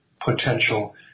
potential